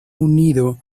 unido